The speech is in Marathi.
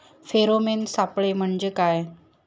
फेरोमेन सापळे म्हंजे काय?